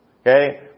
Okay